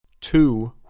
two